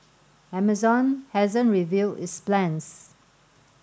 Amazon hasn't revealed its plans